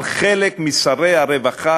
על חלק משרי הרווחה,